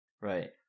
right